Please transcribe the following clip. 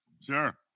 sure